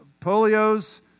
polios